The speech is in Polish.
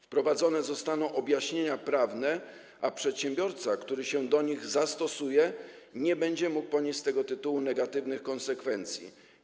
Wprowadzone zostaną objaśnienia prawne, a przedsiębiorca, który się do nich zastosuje, nie będzie mógł ponieść z tego tytułu negatywnych konsekwencji.